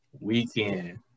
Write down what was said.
Weekend